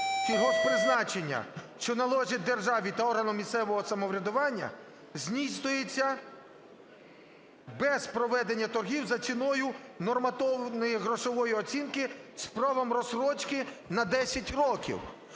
сільгосппризначення, що належать державі та органам місцевого самоврядування здійснюється без проведення торгів за ціною нормативно-грошової оцінки з правом розстрочки на 10 років.